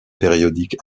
périodiques